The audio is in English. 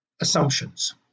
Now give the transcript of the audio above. assumptions